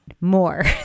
more